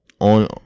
on